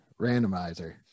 randomizer